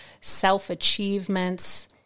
self-achievements